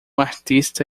artista